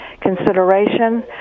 consideration